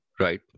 Right